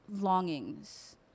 longings